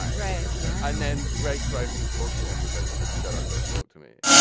right. right and then greg tries to talk to him and he's like shut up don't talk to me.